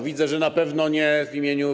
Widzę, że na pewno nie w imieniu.